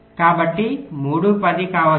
కాబట్టి 3 10 కావచ్చు